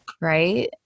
right